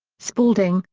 spalding,